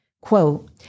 quote